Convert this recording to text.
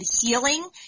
healing